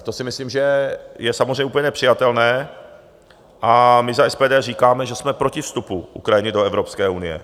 To si myslím, že je samozřejmě úplně nepřijatelné, a my za SPD říkáme, že jsme proti vstupu Ukrajiny do Evropské unie.